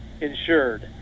insured